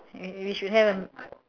eh we should have a